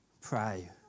pray